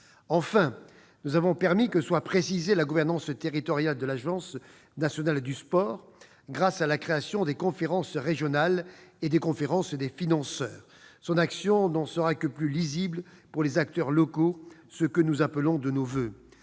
Enfin, nous avons permis que soit précisée la gouvernance territoriale de l'Agence nationale du sport grâce à la création des conférences régionales et des conférences des financeurs. Son action n'en sera que plus lisible pour les acteurs locaux, ce que nous appelons de nos voeux.